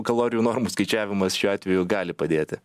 kalorijų normų skaičiavimas šiuo atveju gali padėti